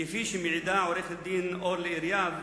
כפי שמעידה עורכת-הדין אורלי אריאב: